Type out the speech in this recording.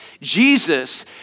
Jesus